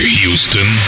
Houston